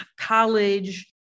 college